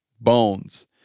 bones